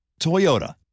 Toyota